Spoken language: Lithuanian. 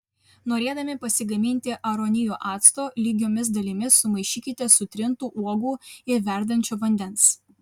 norėdami pasigaminti aronijų acto lygiomis dalimis sumaišykite sutrintų uogų ir verdančio vandens